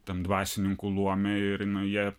tam dvasininkų luome ir nu jie